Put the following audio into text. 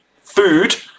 food